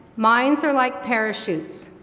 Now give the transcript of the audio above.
minds are like parachutes,